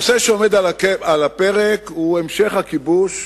הנושא שעומד על הפרק הוא המשך הכיבוש